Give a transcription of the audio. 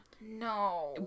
No